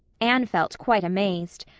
anne felt quite amazed.